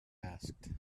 asked